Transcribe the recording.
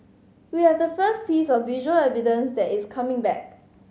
we have the first piece of visual evidence that is coming back